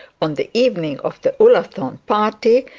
on the evening of the ullathorne party,